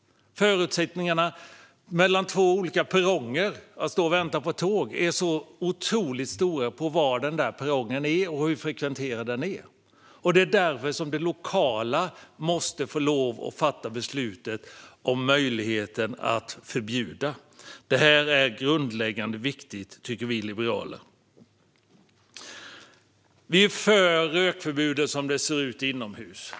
Förutsättningarna på två olika perronger är så otroligt stora beroende på var perrongen är belägen och på hur frekventerad den är. Det är därför som det lokala måste få fatta beslut om möjligheten att förbjuda rökning. Det är grundläggande och viktigt, tycker vi liberaler. Vi är för rökförbudet inomhus, som det ser ut i dag.